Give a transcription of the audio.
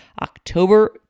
October